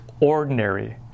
ordinary